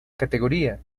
categoría